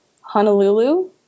Honolulu